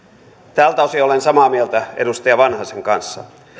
tältä osin olen samaa mieltä edustaja vanhasen kanssa